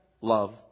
love